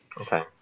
Okay